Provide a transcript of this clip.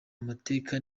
amateka